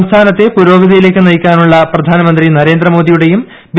സംസ്ഥാനത്തെ പുരോഗതിയിലേക്ക് നയിക്കാനുള്ള പ്രധാനമന്ത്രി നരേന്ദ്രമോദിയുടെയും ബി